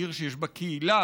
עיר שיש בה קהילה,